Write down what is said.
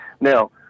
Now